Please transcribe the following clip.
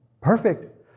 Perfect